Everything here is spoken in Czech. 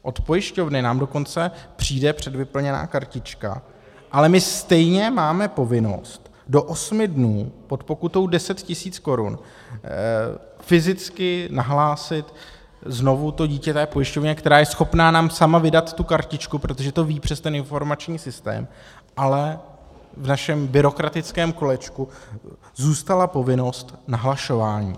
Od pojišťovny nám dokonce přijde předvyplněná kartička, ale my stejně máme povinnost do osmi dnů pod pokutou 10 tisíc korun fyzicky nahlásit znovu dítě té pojišťovně, která je schopná nám sama vydat tu kartičku, protože to ví přes ten informační systém, ale v našem byrokratickém kolečku zůstala povinnost nahlašování.